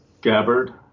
Gabbard